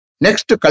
Next